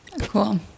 Cool